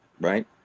Right